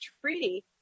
treaty